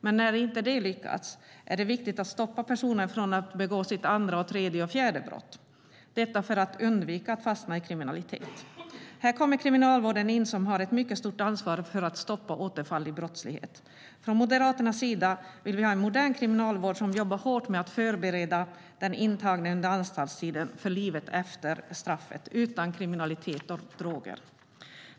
Men när det inte lyckas är det viktigt att stoppa personen från att begå sitt andra, tredje och fjärde brott - detta för att undvika att personen fastnar i kriminalitet. Här kommer Kriminalvården in. Den har ett mycket stort ansvar för att stoppa återfall i brott. Från Moderaternas sida vill vi ha en modern kriminalvård som jobbar hårt med att förbereda den intagne under anstaltstiden för livet efter straffet utan kriminalitet och droger.